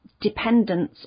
dependence